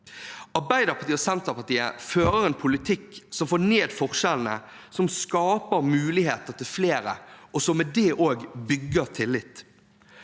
Arbeiderpartiet og Senterpartiet fører en politikk som får ned forskjellene, som skaper muligheter til flere, og som med det også bygger tillit.